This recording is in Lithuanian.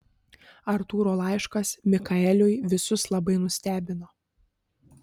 artūro laiškas mikaeliui visus labai nustebino